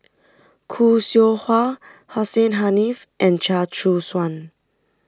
Khoo Seow Hwa Hussein Haniff and Chia Choo Suan